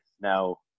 now